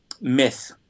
myth